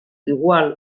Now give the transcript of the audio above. igual